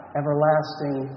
everlasting